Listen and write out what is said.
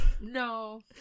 No